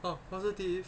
oh positive